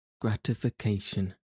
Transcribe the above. gratification